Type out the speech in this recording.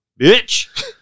bitch